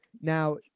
Now